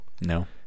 No